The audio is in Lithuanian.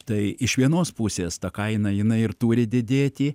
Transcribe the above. tai iš vienos pusės ta kaina jinai ir turi didėti